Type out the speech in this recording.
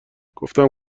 گفتم